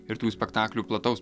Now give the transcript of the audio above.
ir tų spektaklių plataus